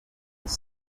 with